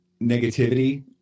negativity